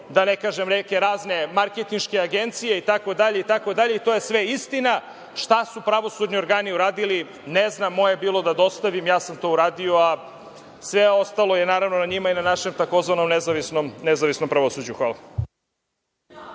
da ne kažem, neke razne marketinške agencije itd. I to je sve istina. Šta su pravosudni organi uradili? Ne znam. Moje je bilo da dostavim, ja sam to uradio, a sve ostalo je naravno na njima i na našem tzv. „nezavisnom pravosuđu“. Hvala.